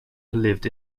lived